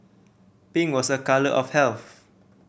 pink was a colour of health